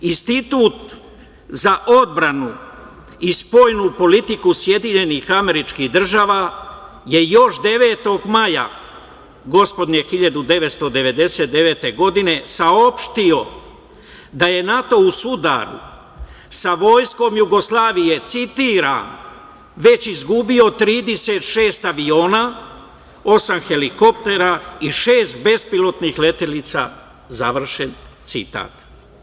Institut za odbranu i spoljnu politiku SAD je još 9. maja 1999. godine saopštio da je NATO u sudaru sa vojskom Jugoslavije, citiram – već izgubio 36 aviona, osam helikoptera i šest bezpilotnih letelica, završen citat.